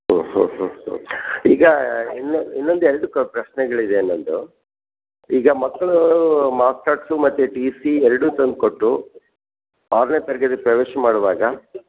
ಹ್ಞೂ ಹ್ಞೂ ಹ್ಞೂ ಹ್ಞೂ ಈಗ ಇನ್ನೂ ಇನ್ನೊಂದು ಎರಡು ಕೋ ಪ್ರಶ್ನೆಗಳಿದೆ ನನ್ನದು ಈಗ ಮಕ್ಕಳು ಮಾರ್ಕ್ಸ್ ಕಾರ್ಡ್ಸು ಮತ್ತು ಟಿ ಸಿ ಎರಡೂ ತಂದು ಕೊಟ್ಟರು ಆರನೇ ತರಗತಿ ಪ್ರವೇಶ ಮಾಡುವಾಗ